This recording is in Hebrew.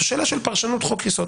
זו שאלה של פרשנות חוק יסוד.